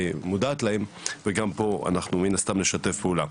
מודעת להם וגם פה אנחנו מן הסתם נשתף פעולה.